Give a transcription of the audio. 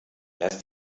lass